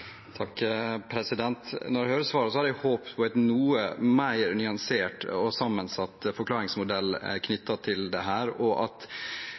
Når jeg hører svaret, hadde jeg håpet på en noe mer nyansert og sammensatt forklaringsmodell knyttet til dette. Igjen når det gjelder at